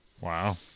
wow